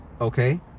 okay